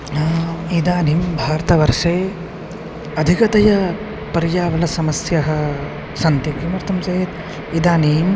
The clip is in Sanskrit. आं इदानीं भारतवर्षे अधिकतया पर्यावरणसमस्याः सन्ति किमर्थं चेत् इदानीं